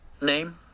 Name